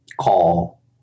call